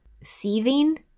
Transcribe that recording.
seething